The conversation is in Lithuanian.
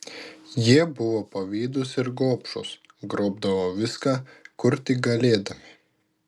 jie buvo pavydūs ir gobšūs grobdavo viską kur tik galėdami